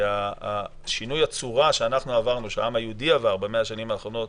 כי שינוי הצורה שהעם היהודי עבר במאה השנים האחרונות